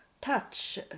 touch